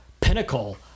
pinnacle